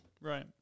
right